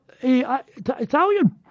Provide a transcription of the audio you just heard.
Italian